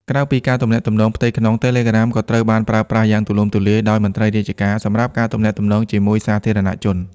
ក្រៅពីការទំនាក់ទំនងផ្ទៃក្នុង Telegram ក៏ត្រូវបានប្រើប្រាស់យ៉ាងទូលំទូលាយដោយមន្ត្រីរាជការ សម្រាប់ការទំនាក់ទំនងជាមួយសាធារណជន។